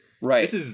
Right